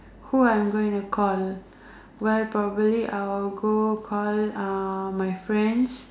who I'm going to call well probably I will go call uh my friends